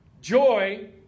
Joy